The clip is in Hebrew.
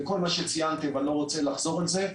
וכל מה שציינתם ואני לא רוצה לחזור על זה.